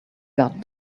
got